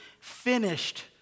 Finished